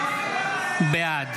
בעד